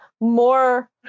more